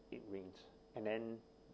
it rains and then